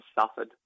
suffered